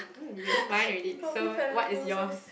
mm you know mine already so what is yours